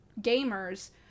gamers